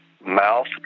mouth